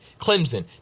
Clemson